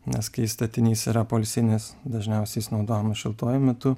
nes kai statinys yra poilsinis dažniausiai jis naudojamas šiltuoju metu